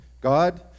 God